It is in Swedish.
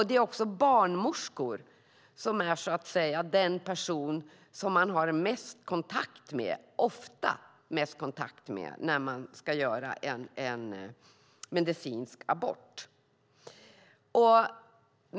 Det är också barnmorskor som man ofta har mest kontakt med när man ska göra en medicinsk abort.